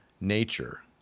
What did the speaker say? nature